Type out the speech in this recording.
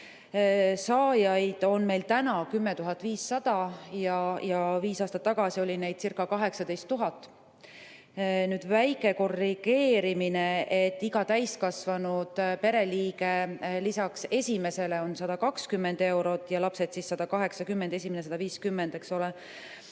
saajaid on meil täna 10 500 ja viis aastat tagasi oli neidcirca18 000. Nüüd väike korrigeerimine: iga täiskasvanud pereliige lisaks esimesele saab 120 eurot ja lapsed 180, esimene [täiskasvanu